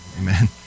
Amen